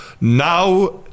Now